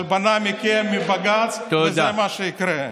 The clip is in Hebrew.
הוא צריך הלבנה מכם, מבג"ץ, וזה מה שיקרה.